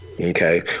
Okay